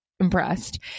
impressed